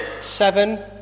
seven